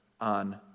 on